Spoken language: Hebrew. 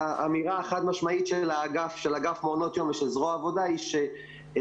האמירה החד משמעית של אגף מעונות יום וזרוע העבודה זה שאגף